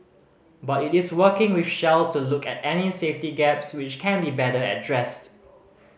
but it is working with Shell to look at any safety gaps which can be better addressed